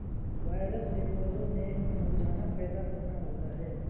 virus से पौधों में मुरझाना पैदा करना होता है